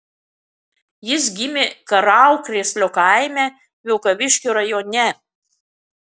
jis gimė karalkrėslio kaime vilkaviškio rajone